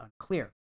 unclear